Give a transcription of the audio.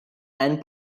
and